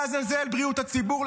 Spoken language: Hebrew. לעזאזל בריאות הציבור.